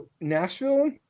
nashville